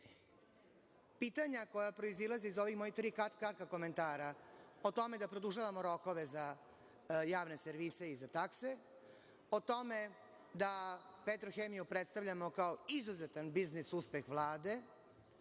uspešni? Pitanja koja proizilaze iz ova moja tri kratka komentara o tome da produžavamo rokove za javne servise i za takse, o tome da Petrohemiju predstavljamo kao izuzetan biznis uspeh Vlade,